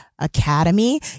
Academy